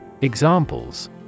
Examples